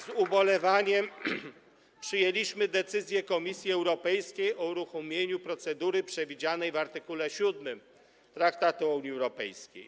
Z ubolewaniem przyjęliśmy decyzję Komisji Europejskiej o uruchomieniu procedury przewidzianej w art. 7 Traktatu o Unii Europejskiej.